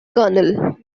colonel